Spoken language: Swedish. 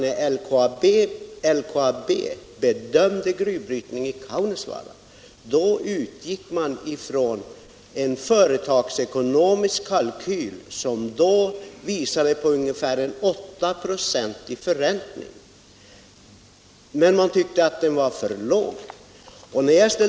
När LKAB bedömde frågan om gruvbrytning i Kaunisvaara utgick man från en företagsekonomisk kalkyl som visade på en förräntning på ungefär 8 96. Den tyckte man var för låg.